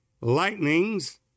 lightnings